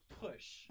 push